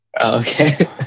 Okay